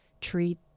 treat